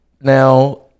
now